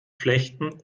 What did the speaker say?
flechten